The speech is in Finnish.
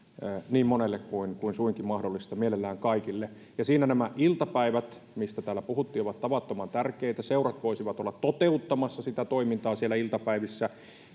niin monelle kuin kuin suinkin mahdollista mielellään kaikille siinä nämä iltapäivät mistä täällä puhuttiin ovat tavattoman tärkeitä seurat voisivat olla toteuttamassa sitä toimintaa sieltä iltapäivissä